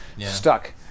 Stuck